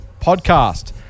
podcast